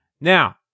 Now